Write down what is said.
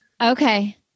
Okay